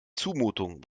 zumutung